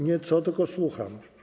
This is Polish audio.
Nie „co”, tylko „słucham”